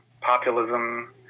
populism